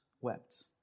wept